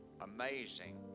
amazing